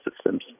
systems